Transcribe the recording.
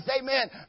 amen